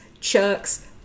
chucks